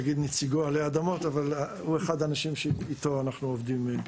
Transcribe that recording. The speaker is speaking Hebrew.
שהוא אחד האנשים שאיתו אנחנו עובדים.